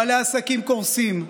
בעלי העסקים קורסים,